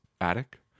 attic